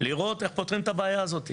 לראות איך פותרים את הבעיה הזאת.